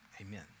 amen